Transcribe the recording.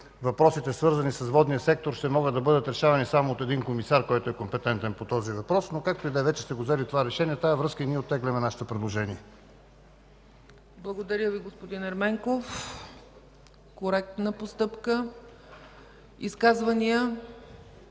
въпросите, свързани с водния сектор, ще могат да бъдат решавани само от един комисар, който е компетентен по този въпрос, но, както и да е, вече сте го взели това решение. В тази връзка ние оттегляме нашето предложение. ПРЕДСЕДАТЕЛ ЦЕЦКА ЦАЧЕВА: Благодаря Ви, господин Ерменков. Коректна постъпка. Изказвания?